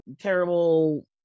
terrible